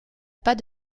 pas